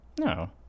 No